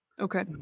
Okay